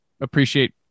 appreciate